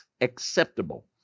acceptable